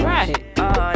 Right